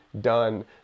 done